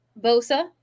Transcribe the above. Bosa